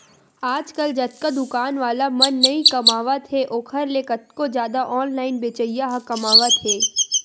आजकल जतका दुकान वाला मन नइ कमावत हे ओखर ले कतको जादा ऑनलाइन बेचइया ह कमावत हें